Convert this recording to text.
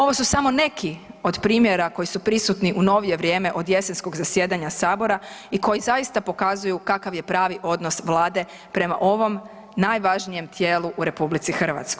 Ovo su samo neki od primjera koji su prisutni u novije vrijeme od jesenskog zasjedanja sabora i koji zaista pokazuju kakav je pravi odnos Vlade prema ovom najvažnijem tijelu u RH.